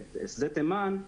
בשדה תימן,